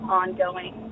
ongoing